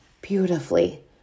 beautifully